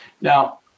Now